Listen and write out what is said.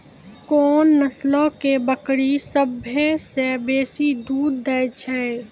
कोन नस्लो के बकरी सभ्भे से बेसी दूध दै छै?